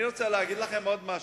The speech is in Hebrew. אני רוצה לומר לכם עוד משהו,